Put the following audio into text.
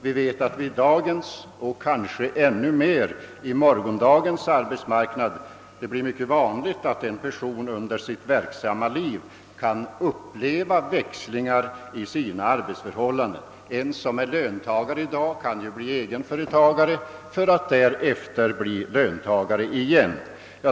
Vi vet att det är vanligt på dagens arbetsmarknad — och det blir kanske ännu vanligare på morgondagens arbetsmarknad — att en person får uppleva stora växlingar i sina arbetsförhållanden. En person som är löntagare i dag kan bli egen företagare för att därefter återigen bli löntagare.